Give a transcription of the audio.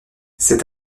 cet